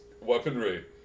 weaponry